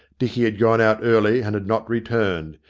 dicky had gone out early, and had not returned.